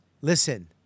Listen